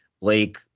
Blake